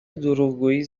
دروغگویی